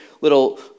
little